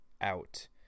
out